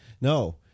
no